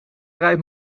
rijdt